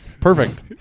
Perfect